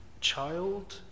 child